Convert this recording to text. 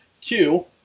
Two